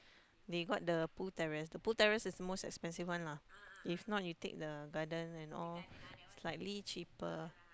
they got the pool terrace the pool terrace is the most expensive one lah if not you take the garden and all slightly cheaper